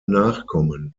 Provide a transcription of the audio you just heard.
nachkommen